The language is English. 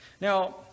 Now